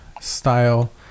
style